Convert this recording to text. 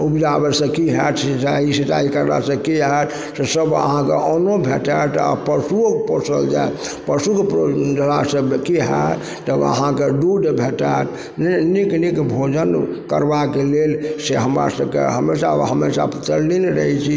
उपजाबयसँ की हैत सिँचाइ कयलासँ की हैत ओइसँ अहाँके अन्नो भेटत आओर पशुओ पोसल जाइत पशुके पोसलासँ की हैत तऽ अहाँके दूध भेटत नीक नीक भोजन करबाके लेल से हमरा सबके हमेशा हमेशा तल्लीन रहय छी